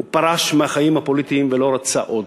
הוא פרש מהחיים הפוליטיים ולא רצה עוד.